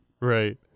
right